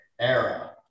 era